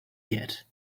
yet